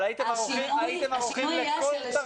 אבל הייתם ערוכים לכל תרחיש.